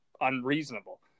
unreasonable